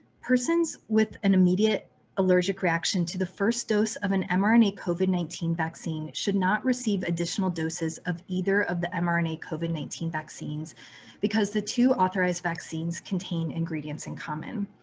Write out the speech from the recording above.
persons with and immediate allergic reaction to the first dose of and mrna covid nineteen vaccine should not receive additional doses of either of the mrna covid nineteen vaccines because the two authorized vaccines contain ingredients in common.